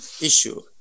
issue